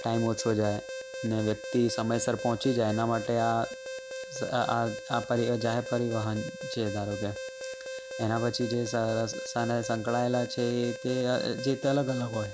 time ઓછો જાય ને વ્યક્તિ સમયસર પહોંચી જાય એના માટે આ સ આ પરિઅ જાહેર પરિવહન છે ધારો કે એના પછી જે સ રસ્તાને સંકળાયેલા છે એ તે જે તે અલગ અલગ હોય